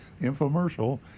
infomercial